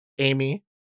amy